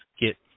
get